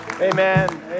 Amen